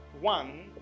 one